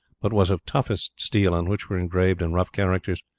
but was of toughest steel, on which were engraved in rough characters,